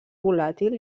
volàtil